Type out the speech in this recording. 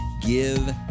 give